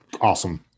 awesome